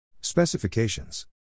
Specifications